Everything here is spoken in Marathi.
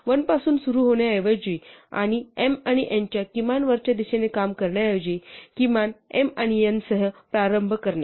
1 पासून सुरू होण्याऐवजी आणि m आणि n च्या किमान वरच्या दिशेने काम करण्याऐवजी किमान m आणि n सह प्रारंभ करणे